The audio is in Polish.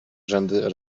rzędy